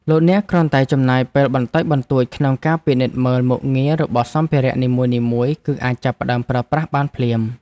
លោកអ្នកគ្រាន់តែចំណាយពេលបន្តិចបន្តួចក្នុងការពិនិត្យមើលមុខងាររបស់សម្ភារៈនីមួយៗគឺអាចចាប់ផ្ដើមប្រើប្រាស់បានភ្លាម។